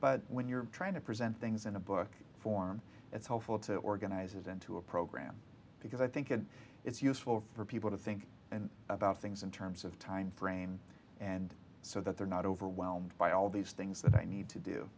but when you're trying to present things in a book form it's helpful to organize it into a program because i think it is useful for people to think and about things in terms of timeframe and so that they're not overwhelmed by all the things that i need to do